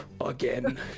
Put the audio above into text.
again